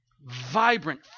vibrant